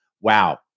wow